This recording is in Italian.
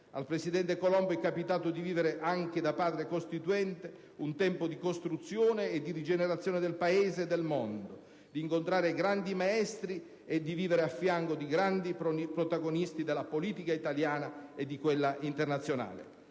Al presidente Colombo è capitato di vivere, anche da Padre costituente, un tempo di costruzione e di rigenerazione del Paese e del mondo, di incontrare grandi maestri e di vivere a fianco dei grandi protagonisti della politica italiana e di quella internazionale.